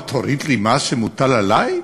אל תוריד לי מס שמוטל עלי?